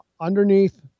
underneath